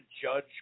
judge